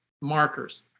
markers